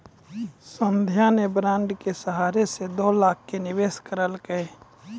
संध्या ने बॉण्ड के सहारा से दू लाख के निवेश करलकै